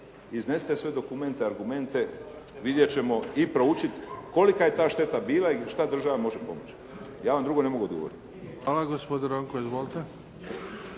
Iznesite sve dokumente, argument. Vidjet ćemo i proučiti kolika je ta šteta bila i šta država može pomoći. Ja vam drugo ne mogu odgovoriti. **Bebić, Luka (HDZ)** Hvala. Gospodin Ronko. Izvolite.